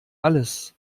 alles